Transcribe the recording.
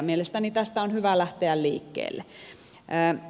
mielestäni tästä on hyvä lähteä liikkeelle